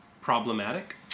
problematic